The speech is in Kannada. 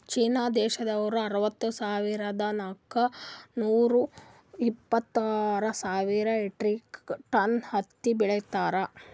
ಚೀನಾ ದೇಶ್ದವ್ರು ಆರ್ ಸಾವಿರದಾ ನಾಕ್ ನೂರಾ ಇಪ್ಪತ್ತ್ಮೂರ್ ಸಾವಿರ್ ಮೆಟ್ರಿಕ್ ಟನ್ ಹತ್ತಿ ಬೆಳೀತಾರ್